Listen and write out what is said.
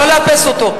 לא לאפס אותו.